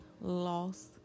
loss